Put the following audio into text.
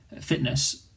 fitness